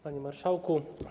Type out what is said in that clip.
Panie Marszałku!